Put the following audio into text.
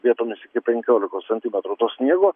vietomis iki penkiolikos centimetrų to sniego